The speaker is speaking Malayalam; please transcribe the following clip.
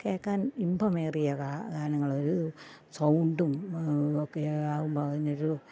കേൾക്കാൻ ഇമ്പമേറിയ ഗാ ഗാനങ്ങളൊരു സൗണ്ടും ഒക്കെ ആകുമ്പം അതിനൊരു